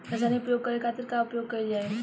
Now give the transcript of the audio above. रसायनिक प्रयोग करे खातिर का उपयोग कईल जाइ?